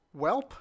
Welp